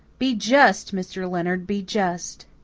be just, mr. leonard be just.